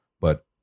But-